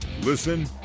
Listen